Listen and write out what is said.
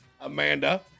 Amanda